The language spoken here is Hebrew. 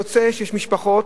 יוצא שיש משפחות